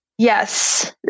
Yes